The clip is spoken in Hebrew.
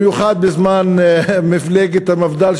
במיוחד בזמן מפלגת המפד"ל,